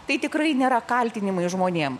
tai tikrai nėra kaltinimai žmonėm